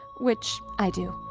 which, i do.